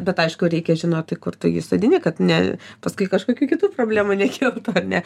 bet aišku reikia žinoti kur tu jį sodini kad ne paskui kažkokių kitų problemų nekiltų ar ne